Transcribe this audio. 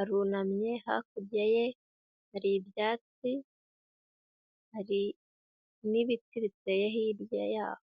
arunamye, hakurya ye hari ibyatsi hari n'ibiti biteye hirya yaho.